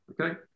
Okay